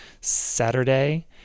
Saturday